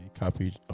Copy